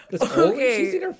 Okay